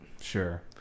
Sure